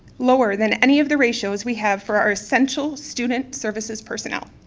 lower than any of the ratios we have for our essential student services personnel.